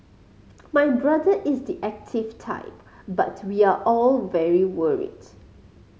my brother is the active type but we are all very worried